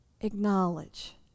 acknowledge